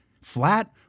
flat